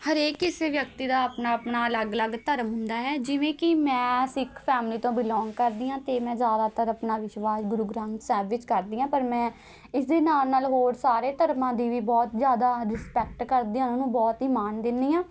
ਹਰੇਕ ਕਿਸੇ ਵਿਅਕਤੀ ਦਾ ਆਪਣਾ ਆਪਣਾ ਅਲੱਗ ਅਲੱਗ ਧਰਮ ਹੁੰਦਾ ਹੈ ਜਿਵੇਂ ਕਿ ਮੈਂ ਸਿੱਖ ਫੈਮਿਲੀ ਤੋਂ ਬਿਲੋਂਗ ਕਰਦੀ ਹਾਂ ਅਤੇ ਮੈਂ ਜ਼ਿਆਦਾਤਰ ਆਪਣਾ ਵਿਸ਼ਵਾਸ ਗੁਰੂ ਗ੍ਰੰਥ ਸਾਹਿਬ ਵਿੱਚ ਕਰਦੀ ਹਾਂ ਪਰ ਮੈਂ ਇਸ ਦੇ ਨਾਲ਼ ਨਾਲ਼ ਹੋਰ ਸਾਰੇ ਧਰਮਾਂ ਦੀ ਵੀ ਬਹੁਤ ਜ਼ਿਆਦਾ ਰਿਸਪੈਕਟ ਕਰਦੀ ਹਾਂ ਉਹਨੂੰ ਬਹੁਤ ਹੀ ਮਾਣ ਦਿੰਦੀ ਹਾਂ